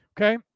Okay